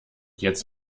jetzt